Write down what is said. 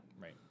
Right